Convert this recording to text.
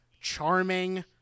charming